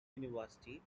university